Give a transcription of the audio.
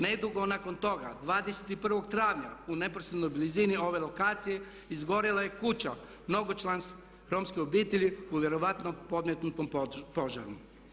Nedugo nakon toga 21.travnja u neposrednoj blizini ove lokacije izgorjela je kuća mnogočlane romske obitelji u vjerojatno podmetnutom požaru.